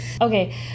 okay